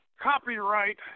Copyright